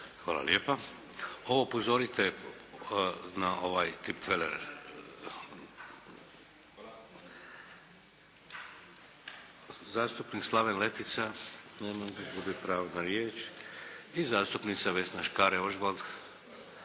Hvala lijepo. Ovo upozorite na ovaj tipfeler. Zastupnik Slaven Letica. Nema ga. Gubi pravo na riječ. I zastupnica Vesna Škare-Ožbolt.